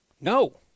No